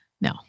No